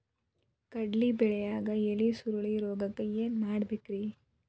ಕಡ್ಲಿ ಬೆಳಿಯಾಗ ಎಲಿ ಸುರುಳಿರೋಗಕ್ಕ ಏನ್ ಮಾಡಬೇಕ್ರಿ?